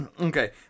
Okay